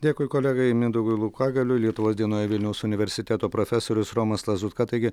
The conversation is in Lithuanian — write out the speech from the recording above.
dėkui kolegai mindaugui laukagaliui lietuvos dienoje vilniaus universiteto profesorius romas lazutka taigi